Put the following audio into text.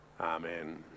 Amen